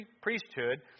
priesthood